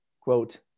quote